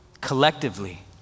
collectively